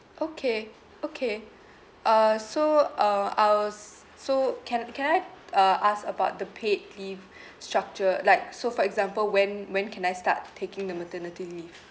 okay okay uh so uh I was so can can I uh ask about the paid leave structure like so for example when when can I start taking the maternity leave